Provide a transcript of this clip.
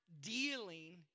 dealing